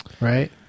right